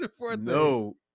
No